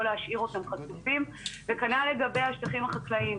להשאיר אותם חשופים וכנ"ל לגבי השטחים החקלאיים.